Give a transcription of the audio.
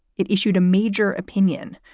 it issued a major opinion,